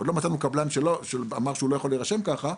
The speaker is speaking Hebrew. עוד לא מצאנו קבלן שאמר שהוא לא יכול להירשם ככה,